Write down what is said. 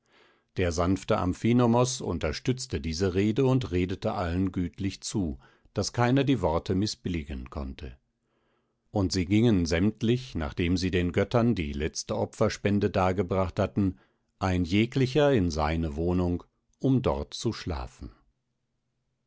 der sanfte amphinomos unterstützte diese rede und redete allen gütlich zu daß keiner die worte mißbilligen konnte und sie gingen sämtlich nachdem sie den göttern die letzte opferspende dargebracht hatten ein jeglicher in seine wohnung um dort zu schlafen